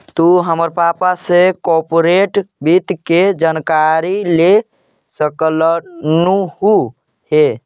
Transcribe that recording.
तु हमर पापा से कॉर्पोरेट वित्त के जानकारी ले सकलहुं हे